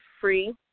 free